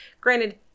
Granted